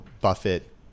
Buffett